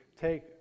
take